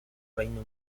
reino